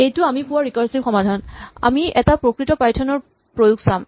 এইটো আমি পোৱা ৰিকাৰছিভ সমাধান আমি এটা প্ৰকৃত পাইথনৰ প্ৰয়োগ চাম